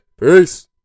Peace